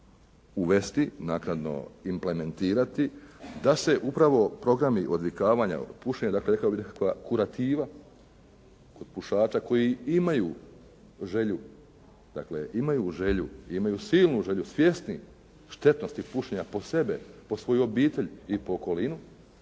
uvesti, naknadno implementirati, da se upravo programi odvikivanja od pušenja dakle rekao bih nekakva kurativa kod pušača koji imaju želju, imaju silnu želju i svjesni štetnosti pušenja po sebe, po svoju obitelji po okolinu,